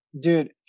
Dude